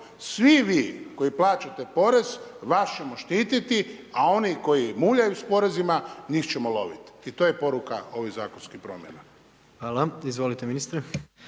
svi vi koji plaćate porez, vas ćemo štitit, a oni koji muljaju njih ćemo lovit. I to je poruka ovih zakonskih promjena. **Jandroković, Gordan